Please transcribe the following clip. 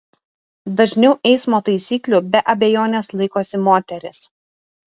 dažniau eismo taisyklių be abejonės laikosi moterys